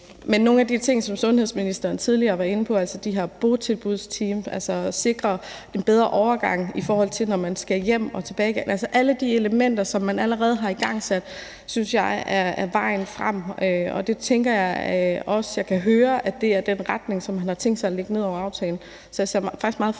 Nogle af de ting, som sundhedsministeren tidligere var inde på, bl.a. de her botilbudsteams og det at sikre en bedre overgang, i forhold til når man skal hjem igen og tilbage igen, altså alle de elementer, som man allerede har igangsat, synes jeg er vejen frem. Det synes jeg også jeg kan høre er den retning, som man har tænkt sig at lægge ned over aftalen.